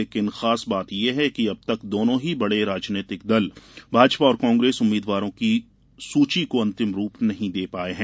लेकिन खास बात यह है कि अब तक दोनों ही बड़े राजनीतिक दल भाजपा और कांग्रेस उम्मीदवारों की सूची को अंतिम रूप नहीं दे पाई है